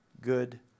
good